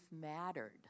mattered